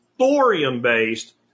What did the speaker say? thorium-based